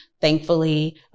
Thankfully